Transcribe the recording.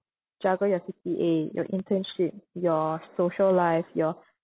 juggle your C_C_A your internship your social life your